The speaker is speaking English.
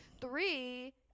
Three